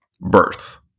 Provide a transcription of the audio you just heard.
birth